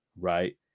right